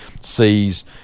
sees